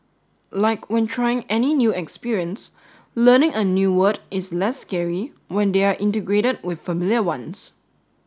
like when trying any new experience learning a new word is less scary when they are integrated with familiar ones